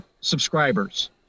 subscribers